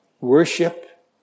worship